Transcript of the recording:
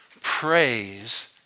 Praise